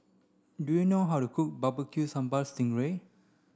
do you know how to cook barbecue sambal sting ray